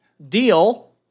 Deal